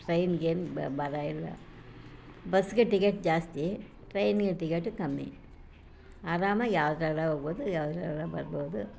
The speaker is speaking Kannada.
ಟ್ರೈನಿಗೇನು ಬರ ಇಲ್ಲ ಬಸ್ಸಿಗೆ ಟಿಕೆಟ್ ಜಾಸ್ತಿ ಟ್ರೈನಿಗೆ ಟಿಕೆಟ್ ಕಮ್ಮಿ ಆರಾಮಾಗಿ ಯಾವುದ್ರಲ್ಲ ಹೋಗ್ಬೋದು ಯಾವುದ್ರಲ್ಲ ಬರ್ಬೋದು